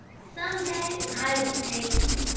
some day i will take you,